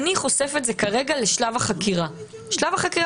שהוא חושף את זה כרגע לשלב החקירה בלבד.